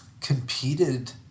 competed